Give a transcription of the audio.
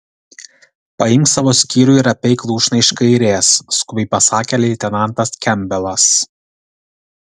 paimk savo skyrių ir apeik lūšną iš kairės skubiai pasakė leitenantas kempbelas